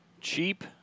Cheap